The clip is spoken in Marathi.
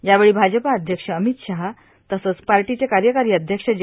यावेळी भाजपा अध्यक्ष अमीत शहा तसंच पार्शीचे कार्यकारी अध्यक्ष जे